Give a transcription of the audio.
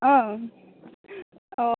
औ अ